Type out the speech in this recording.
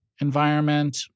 environment